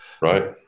Right